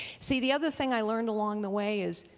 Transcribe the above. see the other thing i learned along the way is